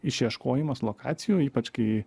išieškojimas lokacijų ypač kai